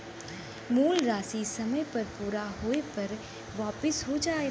मूल राशी समय पूरा होये पर वापिस हो जाला